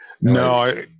No